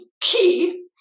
key